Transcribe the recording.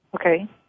Okay